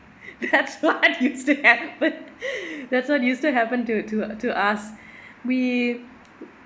that's what used to happen that's what used to happen to to to us we